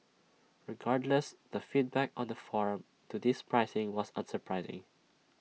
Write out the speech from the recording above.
regardless the feedback on the forum to this pricing was unsurprising